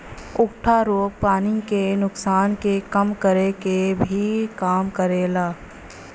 उकठा रोग पानी के नुकसान के कम करे क भी काम करेला